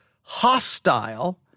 hostile